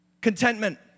Contentment